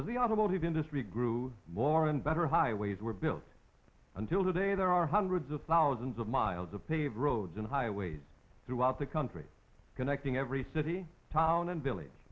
as the automotive industry grew more and better highways were built until today there are hundreds of thousands of miles of paved roads and highways throughout the country connecting every city town and village